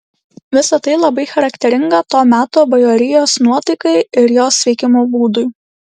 visa tai labai charakteringa to meto bajorijos nuotaikai ir jos veikimo būdui